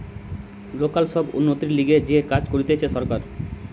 local সব উন্নতির লিগে যে কাজ করতিছে সরকার